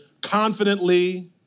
confidently